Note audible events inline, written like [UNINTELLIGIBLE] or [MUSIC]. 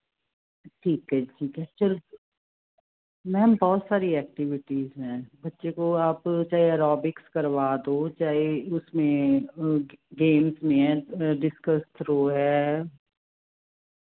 ਠੀਕ ਹੈ ਠੀਕ ਹੈ ਚਲੋ ਮੈਮ ਬਹੁਤ ਸਾਰੀ ਐਕਟੀਵਿਟੀਜ ਹਨ ਬੱਚੇ ਕੋ ਆਪ ਚਾਹੇ ਐਰੋਬਿਕਸ ਕਰਵਾ ਦੋ ਚਾਹੇ ਉਸਨੇ ਗੇਮਸ ਮੇ [UNINTELLIGIBLE] ਡਿਸਕਸ ਥ੍ਰੋ ਹੈ